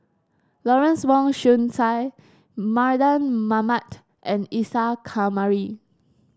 Lawrence Wong Shyun Tsai Mardan Mamat and Isa Kamari